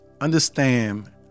understand